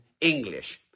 English